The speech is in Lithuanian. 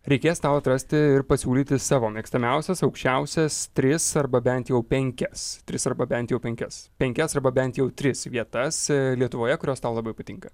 reikės tau atrasti ir pasiūlyti savo mėgstamiausias aukščiausias tris arba bent jau penkias tris arba bent jau penkias penkias arba bent jau tris vietas lietuvoje kurios tau labai patinka